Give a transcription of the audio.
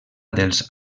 dels